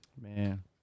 Man